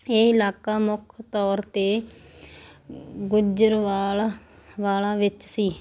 ਇਹ ਇਲਾਕਾ ਮੁੱਖ ਤੌਰ 'ਤੇ ਗੁੱਜਰਾਂਵਾਲਾ ਵਾਲਾ ਵਿੱਚ ਸੀ